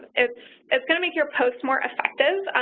it's it's going to make your posts more effective.